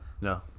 No